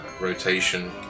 rotation